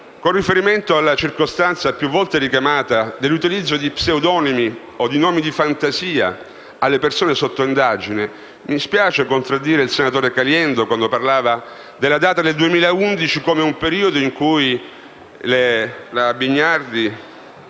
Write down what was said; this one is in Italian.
con riferimento alla circostanza più volte richiamata dell'utilizzo di pseudonimi o di nomi di fantasia per le persone sotto indagine, mi dispiace contraddire il senatore Caliendo quando parlava della data del 2011 come di un periodo in cui la Berardi